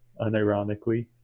unironically